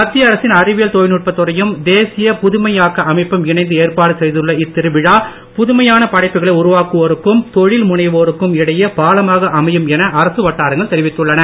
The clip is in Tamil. மத்திய அரசின் அறிவியல் தொழில்நுட்பத் துறையும் தேசிய புதுமையாக்க அமைப்பும் இணைந்து ஏற்பாடு செய்துள்ள புதுமையான படைப்புகளை உருவாக்குவோருக்கும் தொழில் முனைவோருக்கும் இடையே பாலமாக அமையும் என அரசு வட்டாரங்கள் தெரிவித்துள்ளன